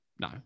no